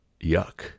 yuck